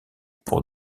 pour